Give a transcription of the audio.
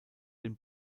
den